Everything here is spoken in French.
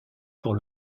pour